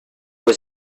was